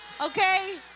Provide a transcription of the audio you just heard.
Okay